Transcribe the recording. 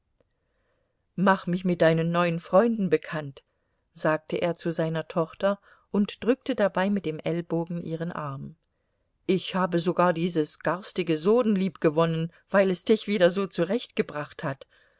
mach mich mit deinen neuen freunden bekannt sagte er zu seiner tochter und drückte dabei mit dem ellbogen ihren arm ich habe sogar dieses garstige soden liebgewonnen weil es dich wieder so zurechtgebracht hat